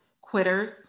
quitters